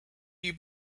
you